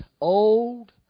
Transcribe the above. old